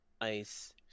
ice